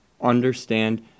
Understand